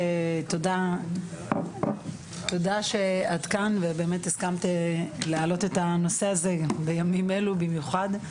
תודה שאת כאן ובאמת הסכמת להעלות את הנושא הזה בימים אלו במיוחד.